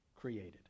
created